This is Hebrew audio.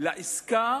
לעסקה